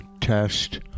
test